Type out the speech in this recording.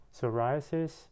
psoriasis